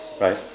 right